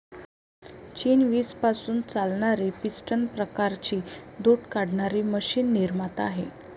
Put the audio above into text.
चीन वीज पासून चालणारी पिस्टन प्रकारची दूध काढणारी मशीन निर्माता आहे